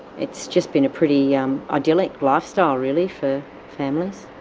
it's just been a pretty um idyllic lifestyle really for families.